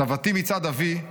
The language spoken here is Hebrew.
סבתי מצד אבי,